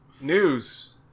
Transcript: News